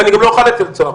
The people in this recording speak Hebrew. ואני גם לא אוכַל אצל צהר,